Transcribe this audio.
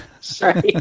Sorry